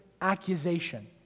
accusation